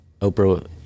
Oprah